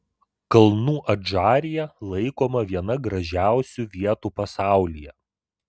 kalnų adžarija laikoma viena gražiausių vietų pasaulyje